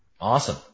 Awesome